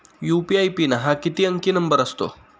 UPI PIN हा किती अंकी नंबर असतो?